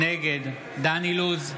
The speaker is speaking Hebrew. נגד דן אילוז,